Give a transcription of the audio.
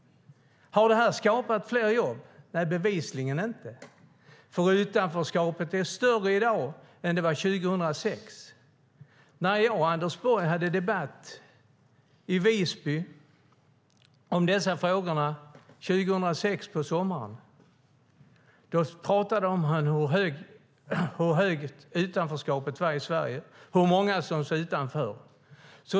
Har det skapat fler jobb? Nej, det har det bevisligen inte gjort. Utanförskapet är större i dag än det var 2006. När jag och Anders Borg hade en debatt i Visby om dessa frågor 2006 på sommaren talade han om hur stort utanförskapet var i Sverige och hur många som stod utanför.